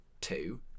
two